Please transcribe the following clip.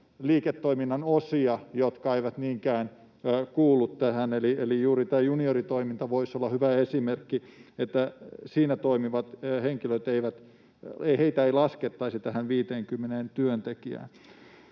liiketoiminnan osia, jotka eivät niinkään kuulu tähän, eli juuri tämä junioritoiminta voisi olla hyvä esimerkki, että siinä toimivia henkilöitä ei laskettaisi tähän 50 työntekijään.